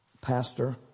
pastor